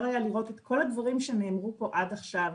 היה לראות את כל הדברים שנאמרו פה עד עכשיו.